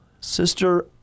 Sister